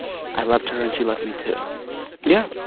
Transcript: i loved her, and she loved me, too yeah.